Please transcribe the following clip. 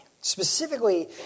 Specifically